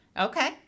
okay